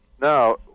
Now